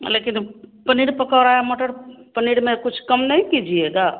लेकिन पनीर पकोड़ा मटर पनीर में कुछ कम नहीं कीजिएगा